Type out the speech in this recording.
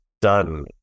done